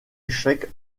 échec